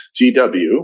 GW